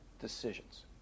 decisions